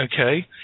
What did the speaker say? Okay